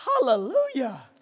Hallelujah